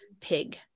pig